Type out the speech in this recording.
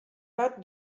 bat